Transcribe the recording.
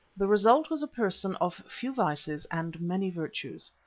the result was a person of few vices and many virtues.